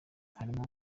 harimo